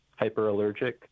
hyperallergic